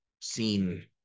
seen